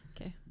Okay